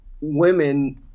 women